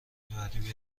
بعدی